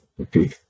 Okay